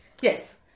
Yes